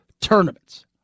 tournaments